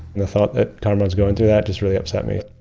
the thought that kamaran's going through that just really upset me.